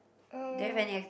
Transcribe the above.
eh